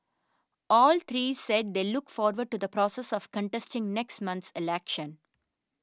all three said they look forward to the process of contesting next month's election